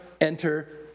enter